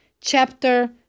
Chapter